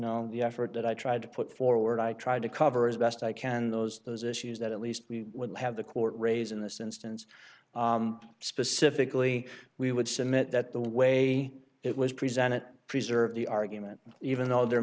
know the effort that i tried to put forward i tried to cover as best i can those those issues that at least we would have the court raise in this instance specifically we would submit that the way it was presented preserve the argument even though there